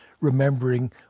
remembering